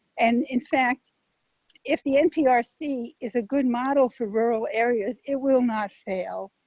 and in fact if the npr see is a good model for rural areas, it will not fail,